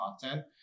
content